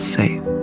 safe